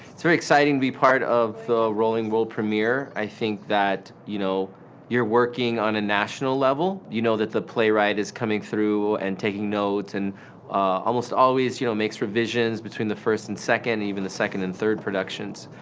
it's very exciting to be part of the rolling world premiere. i think that you know you're working on a national level. you know that the playwright is coming through and taking notes and almost always you know makes revisions between the first and second, even the second and third productions.